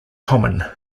common